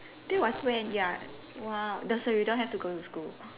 do one thing ya !wow! that is why you do not have to go school